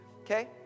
Okay